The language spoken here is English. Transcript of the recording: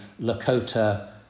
Lakota